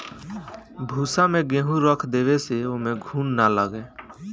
भूसा में गेंहू रख देवे से ओमे घुन ना लागे